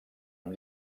amb